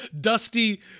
dusty